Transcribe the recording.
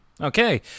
Okay